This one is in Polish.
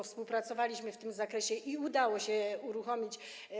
Współpracowaliśmy w tym zakresie i udało się ją uruchomić.